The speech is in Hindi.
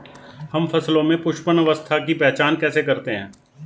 हम फसलों में पुष्पन अवस्था की पहचान कैसे करते हैं?